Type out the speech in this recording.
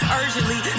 urgently